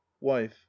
wife